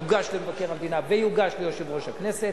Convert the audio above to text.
יוגש למבקר המדינה ויוגש ליושב-ראש הכנסת,